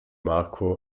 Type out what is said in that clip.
marco